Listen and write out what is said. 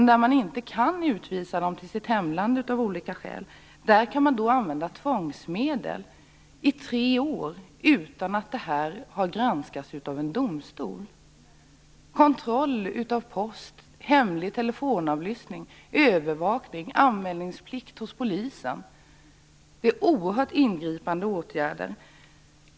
När man av olika skäl inte kan utvisa människor till deras hemland kan man använda tvångsmedel i tre år utan att ärendet har granskats av en domstol. Kontroll av post, hemlig telefonavlyssning, övervakning, anmälningsplikt hos polisen är oerhört ingripande åtgärder.